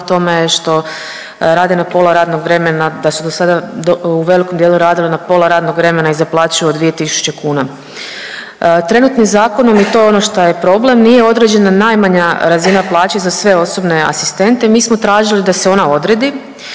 da su dosada u velikom dijelu radili na pola radnog vremena i za plaću od 2 tisuće kuna. Trenutnim zakonom je to ono šta je problem, nije određena najmanja razina plaće za sve osobne asistente, mi smo tražili da se ona odredi